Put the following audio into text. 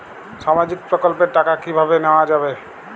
সামাজিক প্রকল্পের টাকা কিভাবে নেওয়া যাবে?